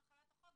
החוק.